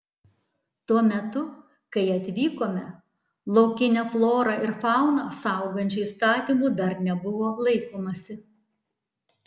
tuo metu kai atvykome laukinę florą ir fauną saugančių įstatymų dar nebuvo laikomasi